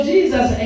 Jesus